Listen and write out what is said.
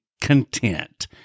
content